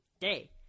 day